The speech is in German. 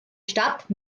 stadt